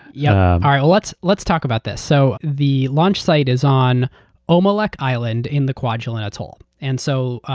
yeah ah let's let's talk about this. so the launch site is on omelek island in the kwajalein atoll. and so